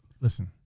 Listen